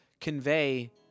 convey